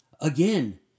Again